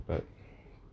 but